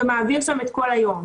ומעביר שם את כל היום.